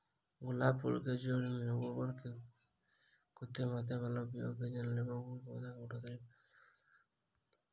गुलाब फूल केँ जैड़ मे गोबर केँ कत्ते मात्रा मे उपयोग कड़ी जेना गुलाब पौधा केँ बढ़ोतरी केँ साथ साथ फूलो अधिक मात्रा मे होइ?